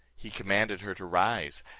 he commanded her to rise,